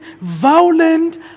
violent